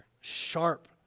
sharp